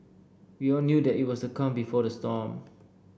we all knew that it was a calm before the storm